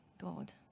God